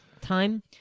time